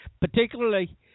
particularly